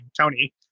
Tony